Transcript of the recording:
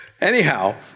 Anyhow